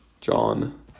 John